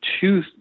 two